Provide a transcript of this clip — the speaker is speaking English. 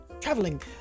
traveling